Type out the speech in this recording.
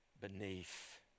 beneath